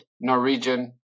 Norwegian